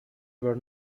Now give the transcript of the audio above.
were